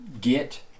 get